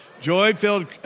joy-filled